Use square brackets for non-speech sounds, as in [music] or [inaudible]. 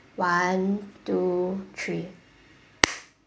one two three [noise]